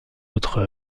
autres